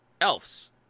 elves